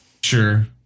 Sure